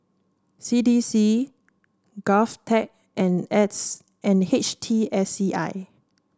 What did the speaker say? C D C Govtech and and H T S C I